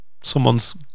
Someone's